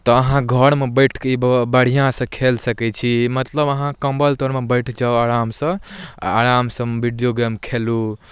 तऽ अहाँ घरमे बैठिके बढ़िआँसँ खेल सकै छी मतलब अहाँ कम्बल तरमे बैठि जाउ आरामसँ आओर आरामसँ वीडिओ गेम खेलू